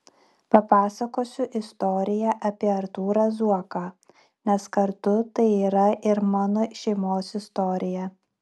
papasakosiu istoriją apie artūrą zuoką nes kartu tai yra ir mano šeimos istorija